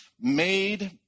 made